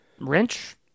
wrench